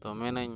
ᱛᱳ ᱢᱮᱱᱟᱹᱧ